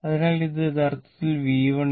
അതിനാൽ ഇത് യഥാർത്ഥത്തിൽ V1